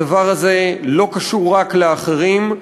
הדבר הזה לא קשור רק לאחרים,